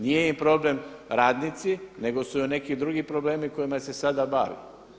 Nije im problem radnici, nego su neki drugi problemi s kojima se sada bavi.